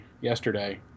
yesterday